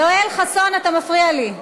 יואל חסון, אתה מפריע לי.